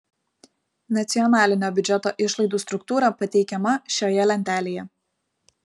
nacionalinio biudžeto išlaidų struktūra pateikiama šioje lentelėje